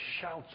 shouts